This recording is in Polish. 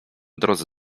drodze